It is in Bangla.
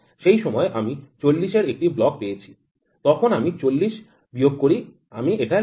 সেই সময় আমি ৪০ এর একটি ব্লক পেয়েছি তখন আমি ৪০ বিয়োগ করি আমি এটা লিখে নি